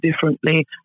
differently